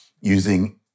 using